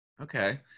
Okay